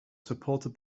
supported